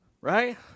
Right